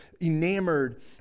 enamored